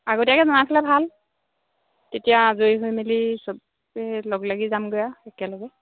আগতীয়াকৈ জনাই থ'লে ভাল তেতিয়া আজৰি হৈ মেলি চবে লগ লাগি যামগৈ আৰু একেলগে